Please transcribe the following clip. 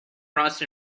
rust